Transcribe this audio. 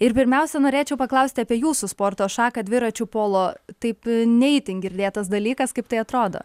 ir pirmiausia norėčiau paklausti apie jūsų sporto šaką dviračių polo taip ne itin girdėtas dalykas kaip tai atrodo